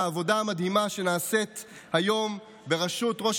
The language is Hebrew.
לעבודה המדהימה שנעשית היום בראשות ראש